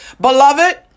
Beloved